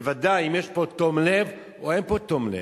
בוודאי אם יש פה תום לב או אין פה תום לב.